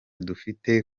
dufite